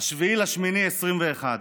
7 באוגוסט 2021,